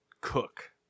Cook